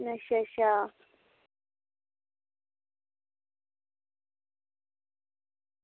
अच्छा अच्छा